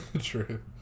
True